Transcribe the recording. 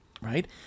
right